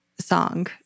song